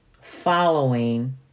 following